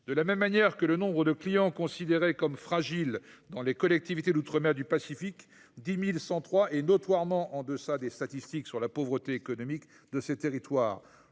De la même manière, le nombre de clients considérés comme « fragiles » dans les collectivités d’outre mer du Pacifique, à savoir 10 103 personnes, est notablement en deçà des statistiques sur la pauvreté économique de ces territoires.